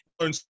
learn